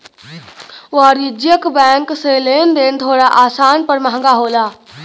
वाणिज्यिक बैंक से लेन देन थोड़ा आसान पर महंगा होला